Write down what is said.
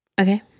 Okay